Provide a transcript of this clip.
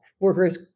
workers